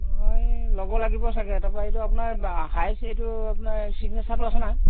অঁ এই ল'ব লাগিব চাগে তাৰপৰা এইটো আপোনাৰ হাইচ এইটো আপোনাৰ চিগনেচাৰটো আছে নাই